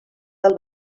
del